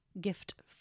gift